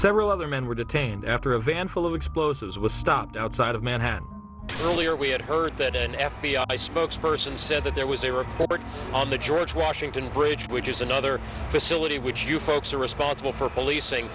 several other men were detained after a van full of explosives was stopped outside of manhattan earlier we had heard that an f b i spokesperson said that there was a report on the george washington bridge which is another facility which you folks are responsible for